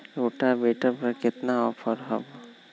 Rotavator पर केतना offer हव?